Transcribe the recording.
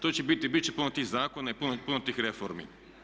To će biti, bit će puno tih zakona i puno tih reformi.